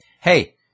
hey